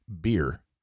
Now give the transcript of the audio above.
Beer